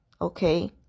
Okay